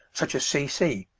such as c c,